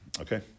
Okay